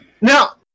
Now